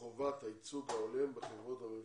חובת הייצוג ההולם בחברות הממשלתיות.